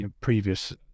previous